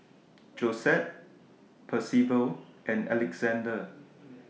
Josette Percival and Alexander